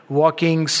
walking